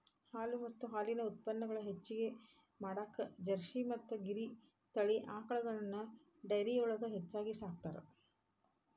ಹಾಲು ಮತ್ತ ಹಾಲಿನ ಉತ್ಪನಗಳನ್ನ ಹೆಚ್ಚಗಿ ಮಾಡಾಕ ಜರ್ಸಿ ಮತ್ತ್ ಗಿರ್ ತಳಿ ಆಕಳಗಳನ್ನ ಡೈರಿಯೊಳಗ ಹೆಚ್ಚಾಗಿ ಸಾಕ್ತಾರ